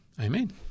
Amen